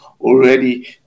already